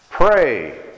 Pray